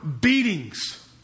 beatings